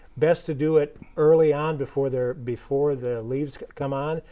best to do it early on before the before the leaves come on.